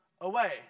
away